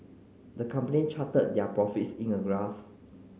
the company charted their profits in a graph